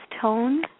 tone